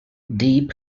deep